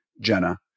Jenna